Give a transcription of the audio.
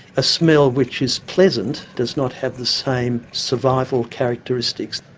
a smell which is pleasant does not have the same survival characteristics.